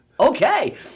okay